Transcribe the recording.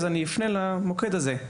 אז אני אפנה למוקד הזה".